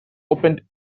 opened